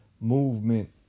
movement